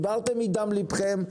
דיברתם מדם ליבכם.